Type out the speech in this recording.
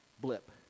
blip